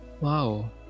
Wow